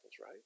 right